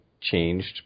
changed